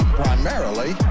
primarily